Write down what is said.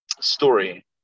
story